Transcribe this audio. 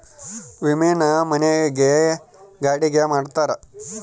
ವಿಮೆನ ಮನೆ ಗೆ ಗಾಡಿ ಗೆ ಮಾಡ್ಸ್ತಾರ